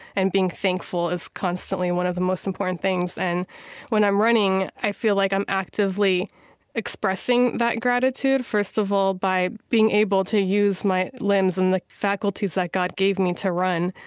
and being thankful is constantly one of the most important things. and when i'm running, i feel like i'm actively actively expressing that gratitude first of all, by being able to use my limbs and the faculties that god gave me to run.